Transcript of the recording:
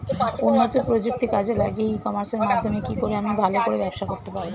উন্নত প্রযুক্তি কাজে লাগিয়ে ই কমার্সের মাধ্যমে কি করে আমি ভালো করে ব্যবসা করতে পারব?